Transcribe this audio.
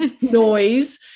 noise